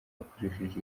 akoresheje